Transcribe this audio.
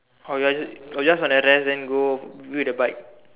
or you want or just want to rest then go wait at the bike